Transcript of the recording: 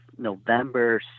November